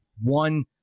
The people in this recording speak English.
one